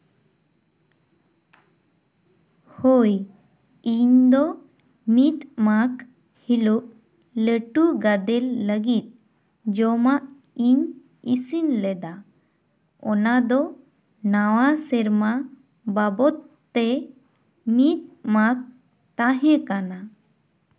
ᱦᱳᱭ ᱤᱧᱫᱚ ᱢᱤᱫ ᱢᱟᱜᱽ ᱦᱤᱞᱳᱜ ᱞᱟᱹᱴᱩ ᱜᱟᱫᱮᱞ ᱞᱟᱹᱜᱤᱫ ᱡᱚᱢᱟᱜ ᱤᱧ ᱤᱥᱤᱱ ᱞᱮᱫᱟ ᱚᱱᱟ ᱫᱚ ᱱᱟᱣᱟ ᱥᱮᱨᱢᱟ ᱵᱟᱵᱚᱫᱛᱮ ᱢᱤᱫ ᱢᱟᱜᱽ ᱛᱟᱦᱮᱸ ᱠᱟᱱᱟ